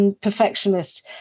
perfectionist